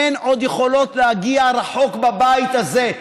הן עוד יכולות להגיע רחוק בבית הזה.